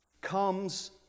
comes